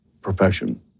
profession